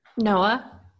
Noah